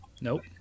Nope